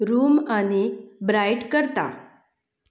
room आनी bright करता